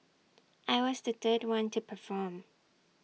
I was the third one to perform